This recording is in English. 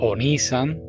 Onisan